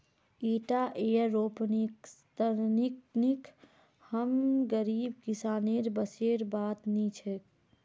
ईटा एयरोपोनिक्स तकनीक हम गरीब किसानेर बसेर बात नी छोक